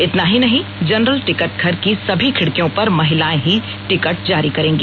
इतना ही नहीं जनरल टिकट घर की सभी खिड़कियों पर महिलाएं ही टिकट जारी करेंगी